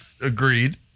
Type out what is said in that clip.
Agreed